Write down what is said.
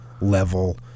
level